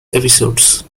episodes